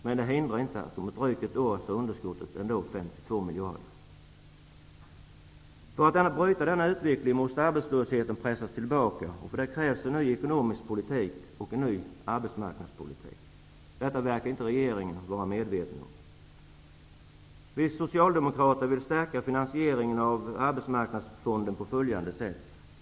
Men det hindrar inte att underskottet om ett drygt år är 52 miljarder kronor. För att bryta denna utveckling måste arbetslösheten pressas tillbaka, och för det krävs en ny ekonomisk politik och en ny arbetsmarknadspolitik. Detta verkar inte regeringen vara medveten om. Vi socialdemokrater vill stärka finansieringen av arbetsmarknadsfonden på följande sätt.